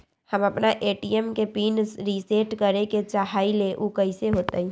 हम अपना ए.टी.एम के पिन रिसेट करे के चाहईले उ कईसे होतई?